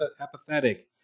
apathetic